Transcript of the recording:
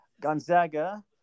Gonzaga